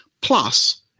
plus